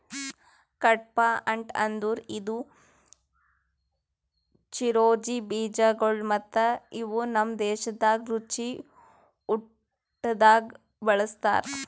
ಕಡ್ಪಾಹ್ನಟ್ ಅಂದುರ್ ಇದು ಚಿರೊಂಜಿ ಬೀಜಗೊಳ್ ಮತ್ತ ಇವು ನಮ್ ದೇಶದಾಗ್ ರುಚಿ ಊಟ್ದಾಗ್ ಬಳ್ಸತಾರ್